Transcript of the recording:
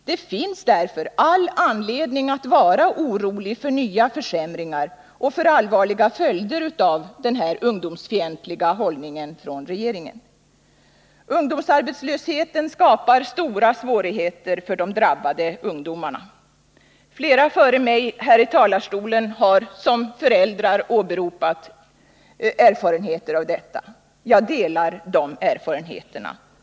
Det finns därför all anledning att vara orolig för nya försämringar och för allvarliga följder av regeringens ungdomsfientliga hållning. Ungdomsarbetslösheten skapar stora svårigheter för de drabbade ungdomarna. Flera före mig i talarstolen har åberopat sina erfarenheter av detta som föräldrar. Jag delar de erfarenheterna.